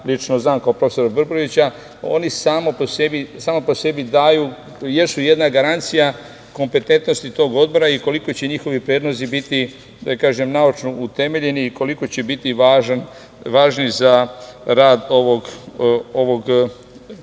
lično znam kao profesora ..., oni sami po sebi jesu jedna garancija kompetentnosti tog Odbora i koliko će njihovi predlozi biti naučno utemeljeni, koliko će biti važni za rad ovog odbora